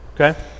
Okay